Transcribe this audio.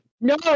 no